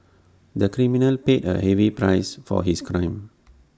the criminal paid A heavy price for his crime